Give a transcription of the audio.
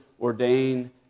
ordain